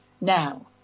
now